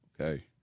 okay